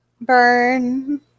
burn